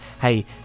hey